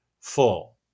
full